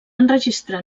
enregistrar